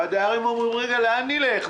הדיירים אומרים: רגע, לאן נלך?